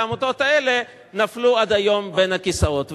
העמותות האלה נפלו עד היום בין הכיסאות.